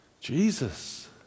Jesus